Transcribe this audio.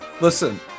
Listen